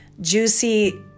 juicy